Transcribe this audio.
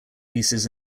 pieces